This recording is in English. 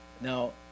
Now